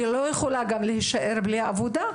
והיא גם לא יכולה להישאר בלי עבודה.